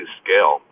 scale